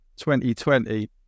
2020